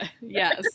yes